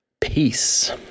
Peace